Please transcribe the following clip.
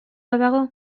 badago